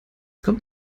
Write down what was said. kommt